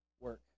work